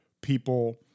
people